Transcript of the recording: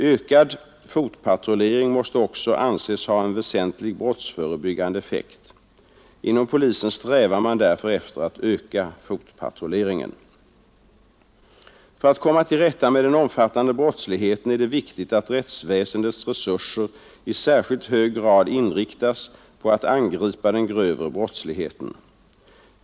Ökad fotpatrullering måste också anses ha en väsentlig brottsförebyggande effekt. Inom polisen strävar man därför efter att öka fotpatrulleringen. För att komma till rätta med den omfattande brottsligheten är det viktigt att rättsväsendets resurser i särskilt hög grad inriktas på att angripa den grövre brottsligheten.